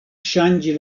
ŝanĝi